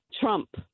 Trump